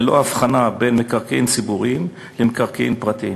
ללא הבחנה בין מקרקעין ציבוריים למקרקעין פרטיים.